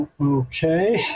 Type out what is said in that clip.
okay